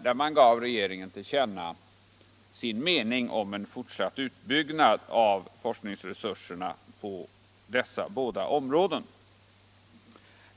där man gav regeringen till känna sin mening om en fortsatt utbyggnad av forskningsresurserna på dessa båda områden.